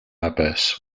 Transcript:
abbess